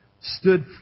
stood